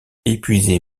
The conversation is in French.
épuisée